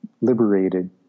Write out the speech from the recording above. liberated